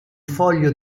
foglio